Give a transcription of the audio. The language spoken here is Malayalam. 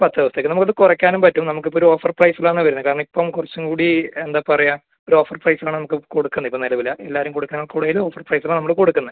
പത്ത് ദിവസത്തേക്ക് നമുക്ക് അത് കുറയ്ക്കാനും പറ്റും നമുക്ക് ഇപ്പോൾ ഒരു ഓഫർ പ്രൈസിലാണ് വരുന്നത് കാരണം ഇപ്പോൾ കുറച്ചും കൂടി എന്താണ് പറയുക ഒരു ഓഫർ പ്രൈസിനാണ് നമുക്ക് കൊടുക്കുന്നത് ഇപ്പം നിലവിൽ എല്ലാവരും കൊടുക്കുന്ന കൂടുതലും ഓഫർ പ്രൈസിലാണ് നമ്മൾ കൊടുക്കുന്നത്